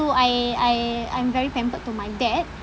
I I I'm very pampered to my dad